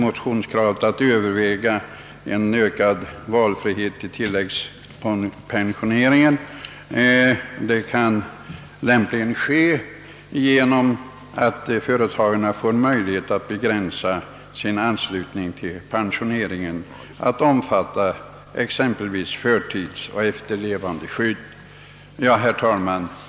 Motionskravet att överväga en ökad valfrihet i tilläggspensioneringen kan lämpligen tillgodoses genom att företagarna får möjlighet att begränsa sin anslutning till pensioneringen till att omfatta exempelvis förtidsoch efterlevandeskydd. Herr talman!